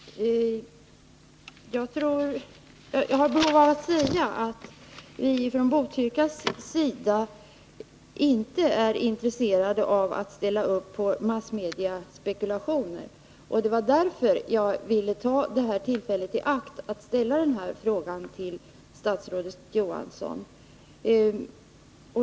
Herr talman! Jag har behov av att säga att vi från Botkyrkas sida inte är intresserade av att ställa upp på massmediaspekulationer. Det var också därför jag ville ta detta tillfälle i akt och ställa den här frågan till statsrådet Johansson.